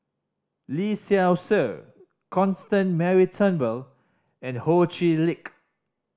Lee Seow Ser Constance Mary Turnbull and Ho Chee Lick